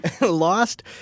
Lost